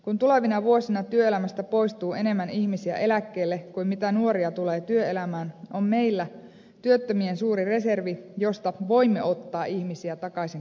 kun tulevina vuosina työelämästä poistuu enemmän ihmisiä eläkkeelle kuin nuoria tulee työelämään on meillä työttömien suuri reservi josta voimme ottaa ihmisiä takaisin työelämään